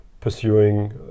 pursuing